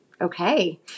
Okay